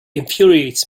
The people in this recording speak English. infuriates